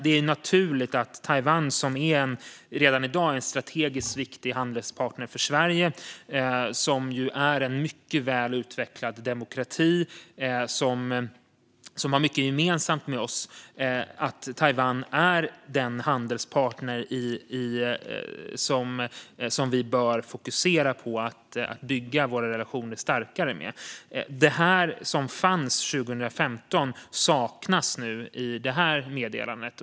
Det är naturligt att Taiwan, som redan i dag är en strategiskt viktig handelspartner för Sverige och som är en mycket väl utvecklad demokrati och som har mycket gemensamt med oss, är den handelspartner som vi bör fokusera på och bygga starkare relationer med. Det som fanns med 2015 saknas i detta meddelande.